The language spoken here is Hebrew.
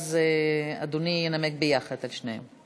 אז אדוני ינמק יחד את שתיהן.